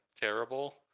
terrible